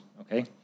okay